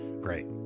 Great